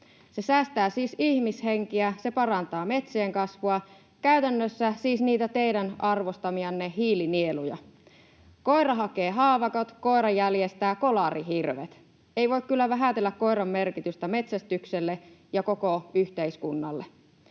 Se säästää siis ihmishenkiä, se parantaa metsien kasvua — käytännössä siis niitä teidän arvostamianne hiilinieluja. Koira hakee haavakot, koira jäljestää kolarihirvet. Ei voi kyllä vähätellä koiran merkitystä metsästykselle ja koko yhteiskunnalle.